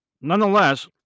nonetheless